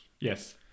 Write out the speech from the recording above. Yes